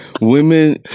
women